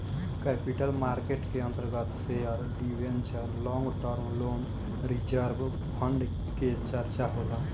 capital market के अंतर्गत share debenture long term loan reserve fund के चर्चा होला